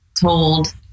told